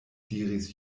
diris